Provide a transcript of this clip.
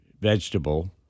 vegetable